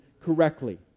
correctly